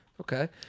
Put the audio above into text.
Okay